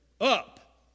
up